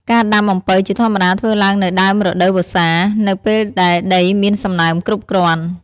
ការដាំអំពៅជាធម្មតាធ្វើឡើងនៅ ដើមរដូវវស្សា នៅពេលដែលដីមានសំណើមគ្រប់គ្រាន់។